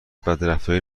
بدرفتاری